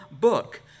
book